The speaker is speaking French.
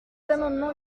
amendement